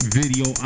video